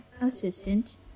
assistant